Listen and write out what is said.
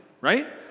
right